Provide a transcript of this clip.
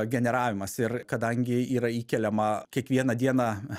generavimas ir kadangi yra įkeliama kiekvieną dieną